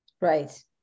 right